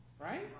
Right